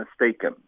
mistaken